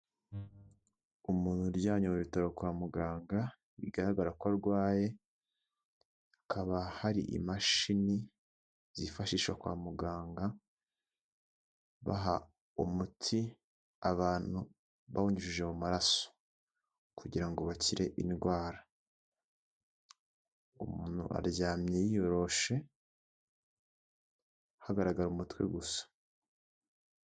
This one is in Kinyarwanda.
Umuntu uryamye mu bitaro kwa muganga bigaragara ko arwaye, hakaba hari imashini zifashishwa kwa muganga baha umuti abantu bawunyunjije mu maraso kugira bakire indwara, umuntu aryamye yiyoroshe hagaragara umutwe gusa.